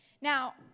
Now